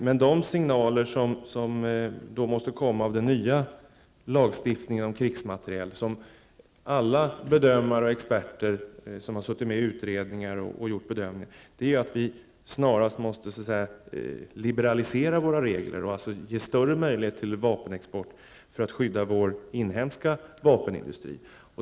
Men de signaler som kommer från alla bedömare och experter som har suttit med i utredningar om den nya lagstiftningen om krigsmateriel är att vi snarast måste liberalisera våra regler och ge större möjligheter till vapenexport, för att skydda vår inhemska vapenindustri.